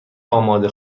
آماده